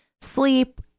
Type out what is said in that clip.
sleep